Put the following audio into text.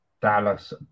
Dallas